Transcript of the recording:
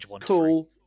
cool